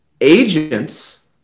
Agents